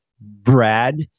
Brad